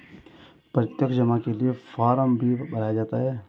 प्रत्यक्ष जमा के लिये फ़ार्म भी भराया जाता है